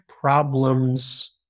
problems